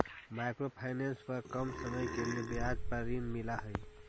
micro finance पर कम समय के लिए ब्याज पर ऋण मिलऽ हई